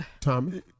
Tommy